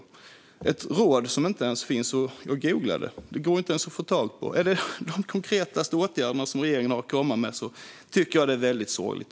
Det är ett råd som inte ens går att googla fram. Man kan inte få tag på det. Är detta de mest konkreta åtgärder som regeringen har att komma med tycker jag att det är väldigt sorgligt.